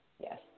yes